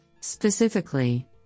Specifically